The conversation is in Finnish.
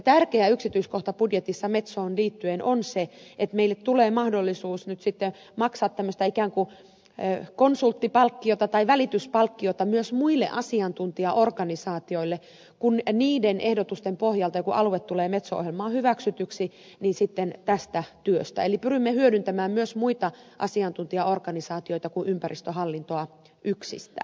tärkeä yksityiskohta budjetissa metsoon liittyen on se että meille tulee mahdollisuus nyt sitten maksaa tämmöistä ikään kuin konsulttipalkkiota tai välityspalkkiota myös muille asiantuntijaorganisaatioille kun niiden ehdotusten pohjalta alue tulee metso ohjelmaan hyväksytyksi tästä työstä eli pyrimme hyödyntämään myös muita asiantuntijaorganisaatioita kuin ympäristöhallintoa yksistään